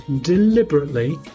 deliberately